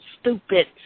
stupid